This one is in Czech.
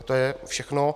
A to je všechno.